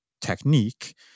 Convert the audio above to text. technique